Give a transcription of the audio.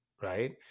right